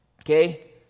Okay